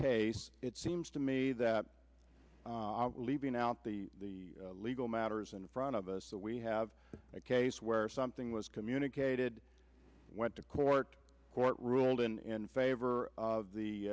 case it seems to me that leaving out the the legal matters in front of us so we have a case where something was communicated went to court court ruled in favor of the